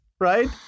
right